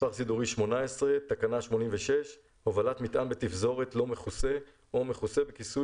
18 86 הובלת מטען בתפזורת לא מכוסה או מכוסה בכיסוי